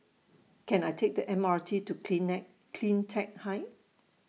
Can I Take The M R T to CleanTech Height